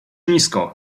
nisko